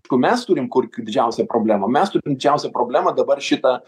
kur mes turim kur didžiausią problemą mes turim didžiausią problemą dabar šitą